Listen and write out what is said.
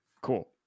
Cool